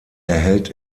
erhält